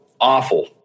awful